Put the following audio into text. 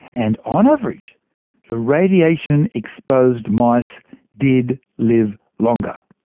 and on average the radiation-exposed mice did live longer.